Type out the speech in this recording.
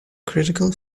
critical